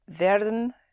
werden